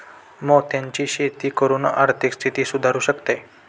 मोत्यांची शेती करून आर्थिक स्थिती सुधारु शकते